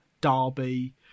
Derby